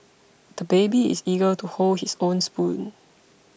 the baby is eager to hold his own spoon